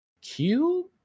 Cube